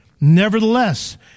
Nevertheless